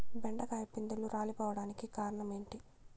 బెండకాయ పిందెలు రాలిపోవడానికి కారణం ఏంటి?